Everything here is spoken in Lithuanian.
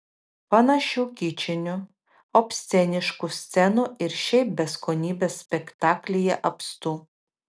panašių kičinių obsceniškų scenų ir šiaip beskonybės spektaklyje apstu